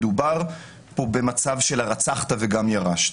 מדובר פה במצב של הרצחת וגם ירשת.